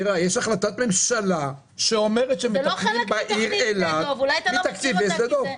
יש החלטת ממשלה שאומרת שמטפלים בעיר אילת מתקציבי שדה דב.